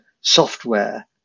software